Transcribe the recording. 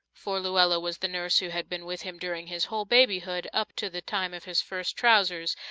for luella was the nurse who had been with him during his whole babyhood, up to the time of his first trousers,